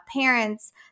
parents